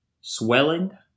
swelling